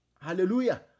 Hallelujah